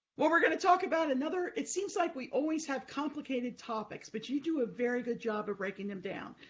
well, we're going to talk about another, it seems like we always have complicated topics, but you do a very good job of breaking them down.